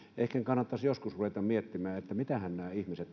ehken kannattaisi joskus ruveta miettimään mitähän nämä ihmiset